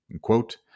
quote